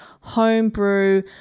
homebrew